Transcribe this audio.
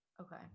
okay